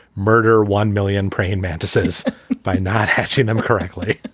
murder one million praying mantises by not hatching them correctly